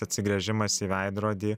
atsigręžimas į veidrodį